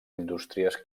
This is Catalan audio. indústries